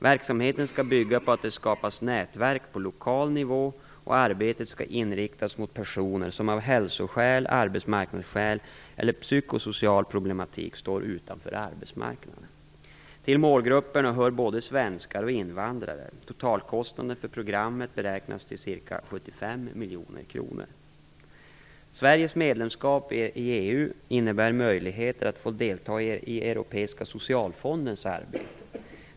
Verksamheten skall bygga på att det skapas nätverk på lokal nivå, och arbetet skall inriktas mot personer som av hälsoskäl, arbetsmarknadsskäl eller psykosocial problematik står utanför arbetsmarknaden. Till målgrupperna hör både svenskar och invandrare. Totalkostnaden för programmet beräknas till ca 75 Sveriges medlemskap i EU innebär möjligheter att få delta i Europeiska socialfondens arbete.